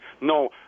No